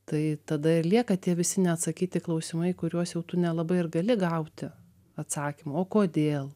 tai tada ir lieka tie visi neatsakyti klausimai į kuriuos jau tu nelabai ir gali gauti atsakymo o kodėl